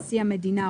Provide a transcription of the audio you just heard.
נשיא המדינה,